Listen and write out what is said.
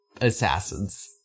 assassins